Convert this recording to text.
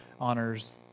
honors